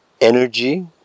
energy